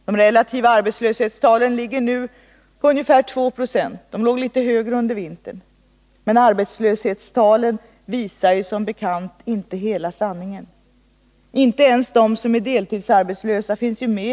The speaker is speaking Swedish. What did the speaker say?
De relativa arbetslöshetstalen ligger nu på ungefär 2 90 — de låg litet högre under vintern. Men arbetslöshetstalen visar som bekant inte hela sanningen. Inte ens de som är deltidsarbetslösa finns ju med där.